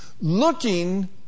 Looking